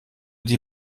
die